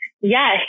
Yes